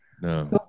No